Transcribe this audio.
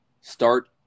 start